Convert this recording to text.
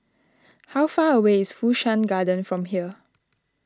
how far away is Fu Shan Garden from here